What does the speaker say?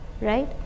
right